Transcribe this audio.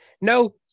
no